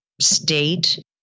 state